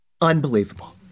Unbelievable